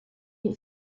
were